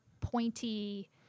pointy